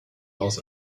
aus